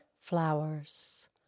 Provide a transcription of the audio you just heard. flowers